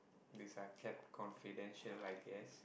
these are kept confidential I guess